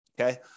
Okay